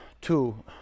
Two